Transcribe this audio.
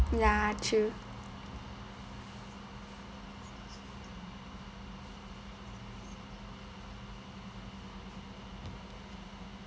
ya true